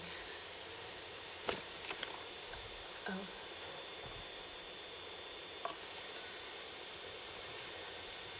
uh